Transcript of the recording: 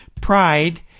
pride